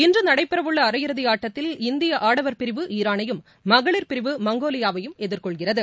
இன்றுநடைபெறவுள்ளஅரையிறுதிஆட்டத்தில் இந்தியஆடவர் பிரிவுஈரானையும் மகளிர் பிரிவு மங்கோலியாவையும் எதிர்கொள்கிறது